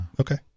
Okay